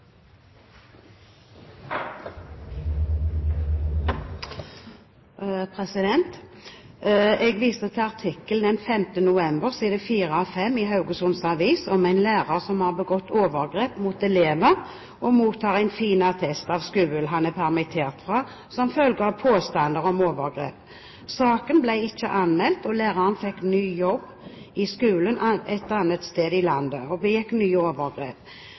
av samme statsråd. «Jeg viser til artikkel den 15. november side 4 og 5 i Haugesunds Avis om en lærer som har begått overgrep mot elever, og som mottar en fin attest fra skolen han er permittert fra som følge av påstander om overgrep. Saken ble ikke anmeldt, læreren fikk ny jobb i